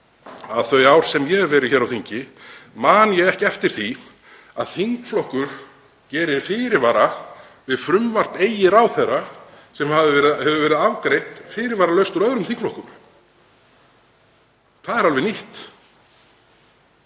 að þau ár sem ég hef verið hér á þingi man ég ekki eftir því að þingflokkur geri fyrirvara við frumvarp eigin ráðherra sem hefur verið afgreitt fyrirvaralaust úr öðrum þingflokkum. Það er alveg nýtt.